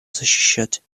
защищать